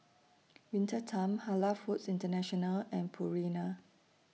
Winter Time Halal Foods International and Purina